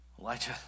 Elijah